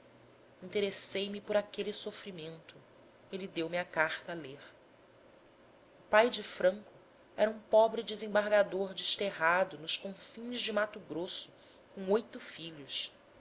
arame interessei me por aquele sofrimento ele deu-me a carta a ler o pai do franco era um pobre desembargador desterrado nos confins de mato grosso com oito filhos